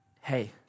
hey